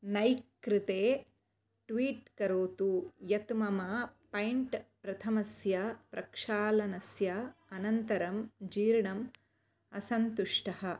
neck कृते tweet करोतु यत् मम पैण्ट् प्रथमस्य प्रक्षालनस्य अनन्तरं जीर्णम् असन्तुष्टः